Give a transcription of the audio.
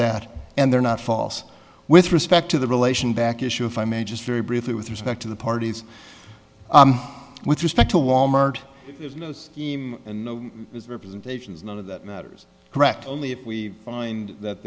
that and they're not false with respect to the relation back issue if i may just very briefly with respect to the parties with respect to wal mart representations none of that matters correct only if we find that